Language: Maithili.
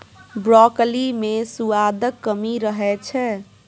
ब्रॉकली मे सुआदक कमी रहै छै